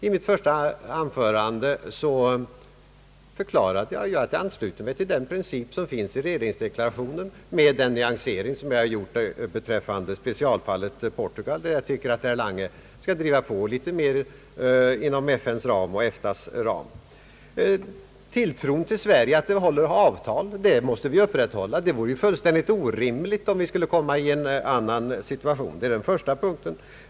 I mitt första anförande förklarade jag att jag anslöt mig till en princip som uttalats i regeringsdeklarationen med den nyansering som jag gjort beträffande specialfallet Portugal, där jag tycker att herr Lange bör driva på litet mer inom FN:s och EFTA:s ram. Tilltron till att Sverige håller avtal måste vi upprätthålla. Det vore fullständigt orimligt, om vi skulle komma i en annan situation. Det är den första punkten.